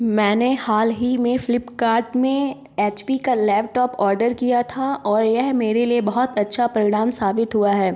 मैंने हाल ही में फ़्लिपकार्ट में एच पी का लैपटॉप ऑडर किया था और यह मेरे लिए बहुत अच्छा परिणाम साबित हुआ है